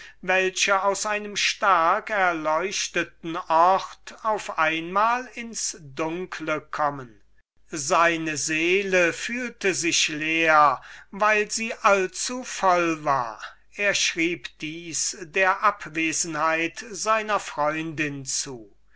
welche aus einem stark erleuchteten ort auf einmal ins dunkle kommen seine seele fühlte sich leer weil sie allzuvoll war er schrieb dieses der abwesenheit seiner freundin zu